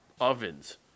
ovens